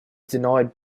denied